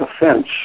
offense